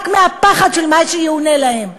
רק מהפחד ממה שיאונה להם.